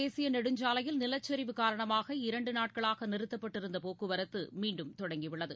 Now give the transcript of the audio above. தேசியநெடுஞ்சாலையில் நிலச்சரிவு ஜம்மு டறீநகர் காரணமாக இரண்டுநாட்களாகநிறுத்தப்பட்டிருந்தபோக்குவரத்தமீண்டும் தொடங்கியுள்ளது